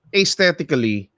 aesthetically